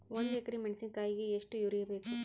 ಒಂದ್ ಎಕರಿ ಮೆಣಸಿಕಾಯಿಗಿ ಎಷ್ಟ ಯೂರಿಯಬೇಕು?